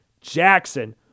Jackson